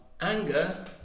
Anger